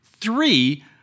three